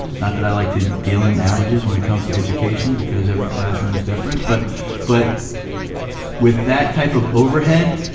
not that i like to deal in averages when it comes to education, because every classroom is different, but but with that type of overhead,